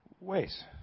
ways